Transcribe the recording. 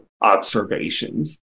observations